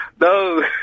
No